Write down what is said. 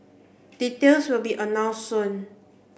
details will be announced soon